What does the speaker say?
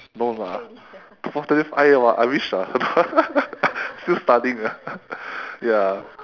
no lah I tell you I !wah! I wish ah still studying ya